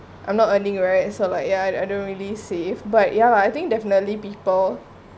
I'm not earning right so like ya I don't really save but ya lah I think definitely people